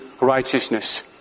righteousness